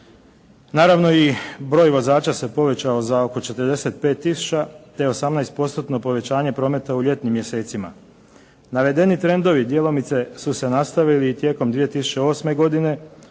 Naravno i broj vozača se povećao za oko 45 tisuća te 18% povećanje prometa u ljetnim mjesecima. Navedeni trendovi djelomice su se nastavili i tijekom 2008. godine